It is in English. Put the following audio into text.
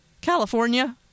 California